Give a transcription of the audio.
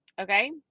okay